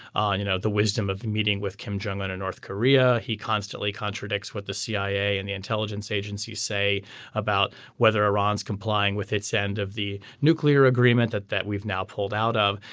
and you know the wisdom of meeting with kim jong un and north korea he constantly contradicts what the cia and the intelligence agencies say about whether iran is complying with its end of the nuclear agreement that that we've now pulled out of.